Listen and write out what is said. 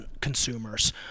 consumers